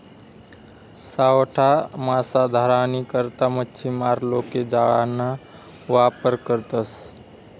सावठा मासा धरानी करता मच्छीमार लोके जाळाना वापर करतसं